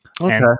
Okay